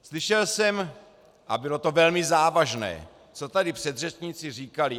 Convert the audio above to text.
Slyšel jsem a bylo to velmi závažné co tady předřečníci říkali.